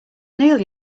neil